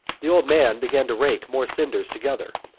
the old man began to rake more cinders together.